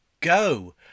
go